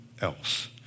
else